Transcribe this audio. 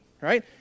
right